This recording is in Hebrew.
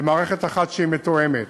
למערכת אחת שהיא מתואמת.